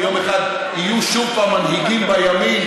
יום אחד יהיו שוב מנהיגים בימין,